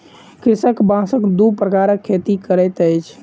कृषक बांसक दू प्रकारक खेती करैत अछि